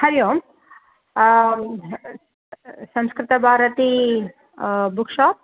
Hari Om Samskrita Bharati book shop